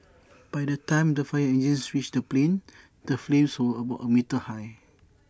by the time the fire engines reached the plane the flames were about A metre high